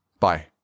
Bye